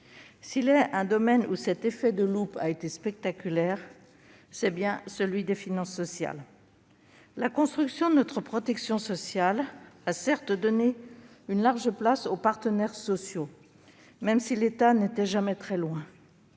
S'il est un domaine où cet effet de loupe a été spectaculaire, c'est bien celui des finances sociales. La construction de notre protection sociale a certes donné une large place aux partenaires sociaux, même si l'État n'était jamais très loin.